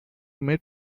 met